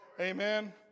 Amen